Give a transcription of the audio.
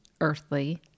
earthly